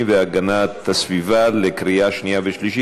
והגנת הסביבה להכנה לקריאה שנייה ושלישית.